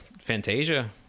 Fantasia